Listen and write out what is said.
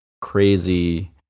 Crazy